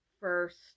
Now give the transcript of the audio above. first